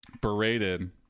berated